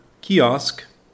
kiosk